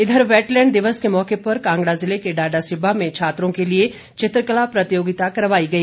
इधर वैटलैंड दिवस के मौके पर कांगड़ा जिले के डाडासीबा में छात्रों के लिए चित्रकला प्रतियोगिता करवाई गई